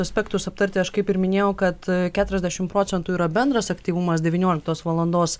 aspektus aptarti aš kaip ir minėjau kad keturiasdešimt procentų yra bendras aktyvumas devynioliktos valandos